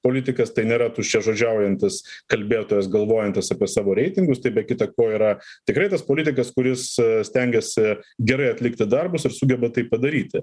politikas tai nėra tuščiažodžiaujantis kalbėtojas galvojantis apie savo reitingus tai be kita ko yra tikrai tas politikas kuris stengiasi gerai atlikti darbus ir sugeba tai padaryti